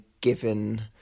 given